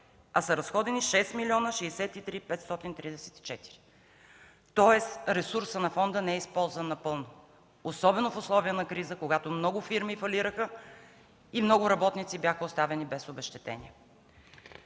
а са разходени 6 млн. 63 хил. 534 лв. Следователно ресурсът на фонда не е използван напълно, особено в условия на криза, когато много фирми фалираха и много работници бяха оставени без обезщетения.